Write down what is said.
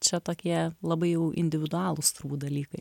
čia tokie labai jau individualūs turbūt dalykai